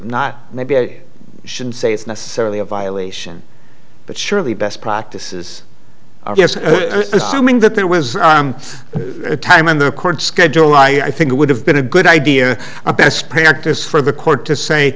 not maybe i should say it's necessarily a violation but surely best practices assuming that there was a time and the court schedule i think it would have been a good idea a best practice for the court to say